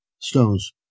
Stones